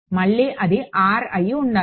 మళ్ళీ ఇది R అయి ఉండాలి